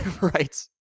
Right